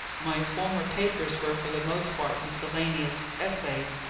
my former papers were for the most part miscellaneous essays,